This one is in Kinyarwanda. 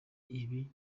ibi